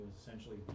essentially